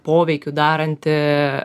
poveikių daranti